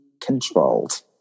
controlled